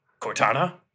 Cortana